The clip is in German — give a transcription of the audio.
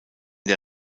der